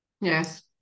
Yes